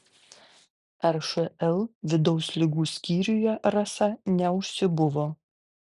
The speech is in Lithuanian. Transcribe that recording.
ršl vidaus ligų skyriuje rasa neužsibuvo